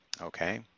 Okay